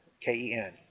K-E-N